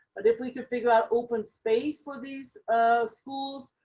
but if we could figure out open space for these um schools,